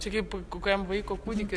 čia kaip kokiam vaiko kūdikiui